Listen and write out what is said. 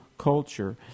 culture